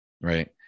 right